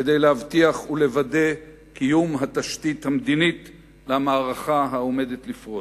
כדי להבטיח ולוודא קיום התשתית המדינית למערכה העומדת לפרוץ.